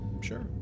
Sure